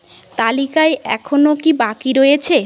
তালিকায় এখনও কি বাকি রয়েছে